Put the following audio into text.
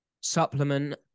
supplement